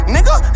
Nigga